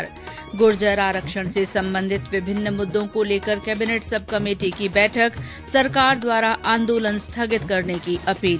् गूर्जर आरक्षण से सम्बन्धित विभिन्न मुद्दों को लेकर कैबिनेट सब कमेटी की बैठक सरकार द्वारा आंदोलन स्थगित करने की अपील